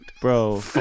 bro